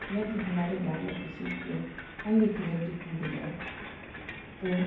यदि हमारे गाँव में किसी के अंग के हड्डी टूट जाए तो